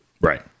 Right